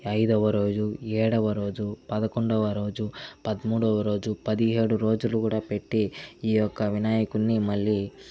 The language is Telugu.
ఐదవ రోజు ఏడవ రోజు పదకొండవ రోజు పదమూడవ రోజు పదిహేడు రోజులు కూడా పెట్టి ఈ యొక్క వినాయకుణ్ణి మళ్ళీ